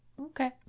Okay